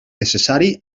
necessari